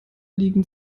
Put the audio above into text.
liegen